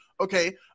Okay